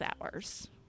hours